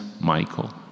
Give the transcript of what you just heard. Michael